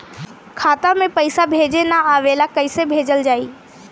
खाता में पईसा भेजे ना आवेला कईसे भेजल जाई?